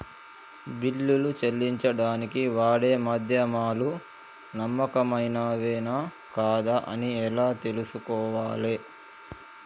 బిల్లులు చెల్లించడానికి వాడే మాధ్యమాలు నమ్మకమైనవేనా కాదా అని ఎలా తెలుసుకోవాలే?